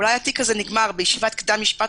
אולי התיק הזה נגמר בישיבת קדם משפט